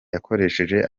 yakoresheje